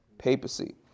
papacy